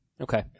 Okay